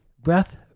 Breath